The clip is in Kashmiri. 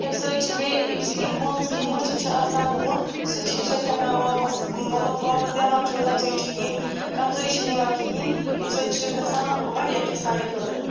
اَمہِ سۭتۍ چھِ بیٚیہِ یہِ مان ژٕ کیٚنٛہہ مٔشِد چھِ آسان گوٚمُت سُہ چھِ اَمہِ سۭتۍ ہٮ۪کان واپس مطلب واپس دٮ۪ماغ چھِ روزان اَمہِ سۭتۍ ٹھیٖک کمزوٗری چھِنہٕ یِوان کِہیٖنۍ اَمہِ سۭتۍ چھِ گژھان واریاہ کیٚنٛہہ سانہِ خٲطرٕ